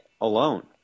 alone